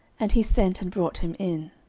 and he sent, and brought him in.